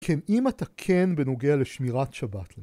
כן, אם אתה כן בנוגע לשמירת שבת.